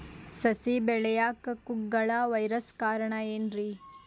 ಸಸಿ ಬೆಳೆಯಾಕ ಕುಗ್ಗಳ ವೈರಸ್ ಕಾರಣ ಏನ್ರಿ?